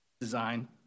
design